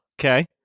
Okay